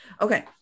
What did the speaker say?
okay